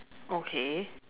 okay